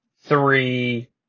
three